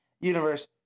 universe